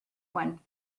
one